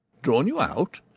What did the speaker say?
drawn you out?